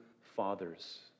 fathers